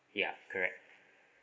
ya correct